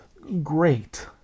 great